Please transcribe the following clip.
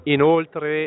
Inoltre